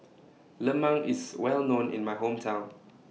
Lemang IS Well known in My Hometown